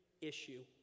issue